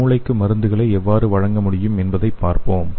மூளைக்கு மருந்துகளை எவ்வாறு வழங்க முடியும் என்பதைப் பார்ப்போம்